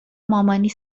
مامانی